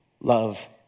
love